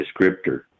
descriptor